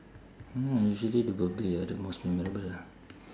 usually the birthday are the most memorable lah